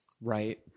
right